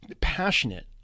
passionate